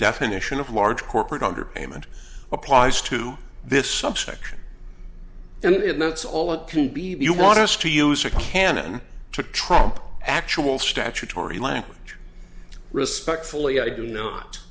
definition of large corporate underpayment applies to this subsection and that's all it can be you want us to use a canon to trump actual statutory language respectfully i do not